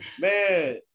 Man